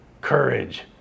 courage